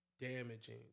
damaging